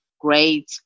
great